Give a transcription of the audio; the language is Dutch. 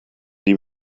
die